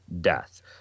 death